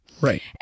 Right